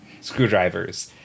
screwdrivers